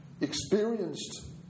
experienced